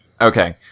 Okay